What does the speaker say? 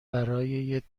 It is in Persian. برای